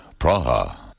Praha